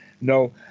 No